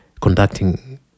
conducting